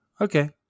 Okay